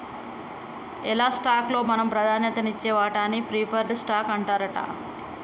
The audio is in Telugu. ఎలా స్టాక్ లో మనం ప్రాధాన్యత నిచ్చే వాటాన్ని ప్రిఫర్డ్ స్టాక్ అంటారట